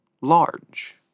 large